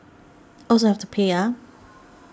also have to pay ah